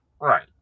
Right